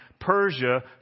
Persia